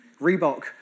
Reebok